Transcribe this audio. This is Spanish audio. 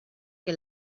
que